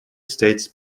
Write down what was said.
states